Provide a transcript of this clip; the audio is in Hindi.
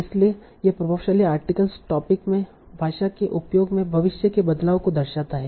इसलिए यह प्रभावशाली आर्टिकल्स टोपिक में भाषा के उपयोग में भविष्य के बदलाव को दर्शाता है